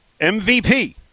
MVP